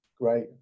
Great